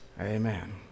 Amen